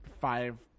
five